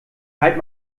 halt